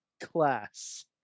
class